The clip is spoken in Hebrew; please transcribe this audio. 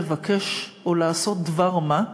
לבקש או לעשות דבר-מה,